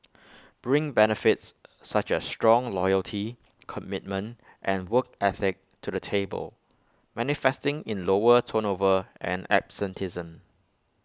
bring benefits such as strong loyalty commitment and work ethic to the table manifesting in lower turnover and absenteeism